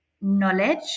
knowledge